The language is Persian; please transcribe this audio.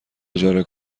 اجاره